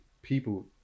People